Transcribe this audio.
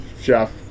chef